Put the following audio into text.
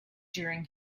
during